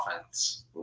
offense